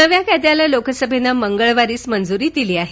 नव्या कायद्याला लोकसभेनं मंगळवारीच मंजुरी दिली आहे